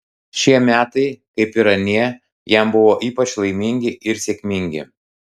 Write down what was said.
šie metai kaip ir anie jam buvo ypač laimingi ir sėkmingi